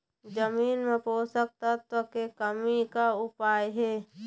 जमीन म पोषकतत्व के कमी का उपाय हे?